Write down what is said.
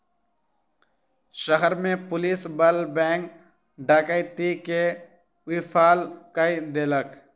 शहर में पुलिस बल बैंक डकैती के विफल कय देलक